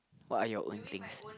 what are your own things